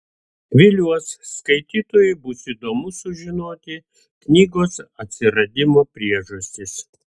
viliuos skaitytojui bus įdomu sužinoti knygos atsiradimo priežastis